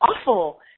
awful